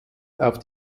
auf